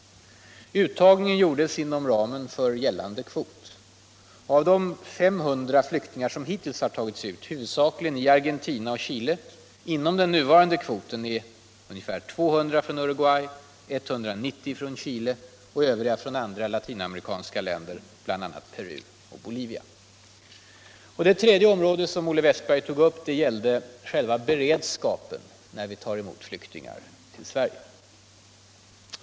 Uttagningen gjordes inom ramen för gällande kvot. Av de 500 flyktingar som hittills har tagits ut — huvudsakligen i Argentina och Chile - inom den nuvarande kvoten är ungefär 200 från Uruguay, 190 från Boye Torsdagen den Det tredje området som Olle Wästberg tog upp gällde själva bered 25 november 1976 skapen när vi tar emot flyktingar till Sverige.